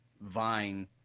Vine